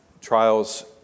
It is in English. trials